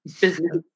business